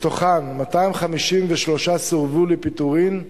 מתוכן 253 סורבו לפיטורין,